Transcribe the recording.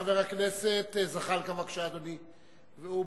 חבר הכנסת זחאלקה, בבקשה, אדוני, ו"בעדין"